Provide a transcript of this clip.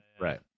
Right